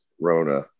Rona